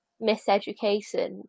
miseducation